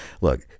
Look